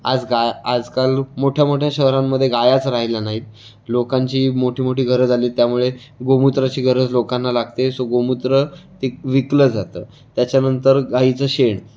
आज गा आजकाल मोठ्यामोठ्या शहरांमध्ये गायाच राहिल्या नाहीत लोकांची मोठीमोठी घरं झाली त्यामुळे गोमूत्राची गरज लोकांना लागते सो गोमूत्र तेक विकलं जातं त्याच्यानंतर गायीचं शेण